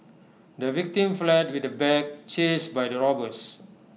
the victim fled with the bag chased by the robbers